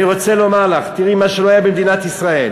אני רוצה לומר לך, תראי מה שלא היה במדינת ישראל: